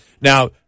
Now